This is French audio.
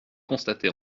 constaté